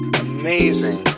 amazing